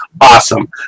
Awesome